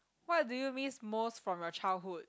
what do you miss most from your childhood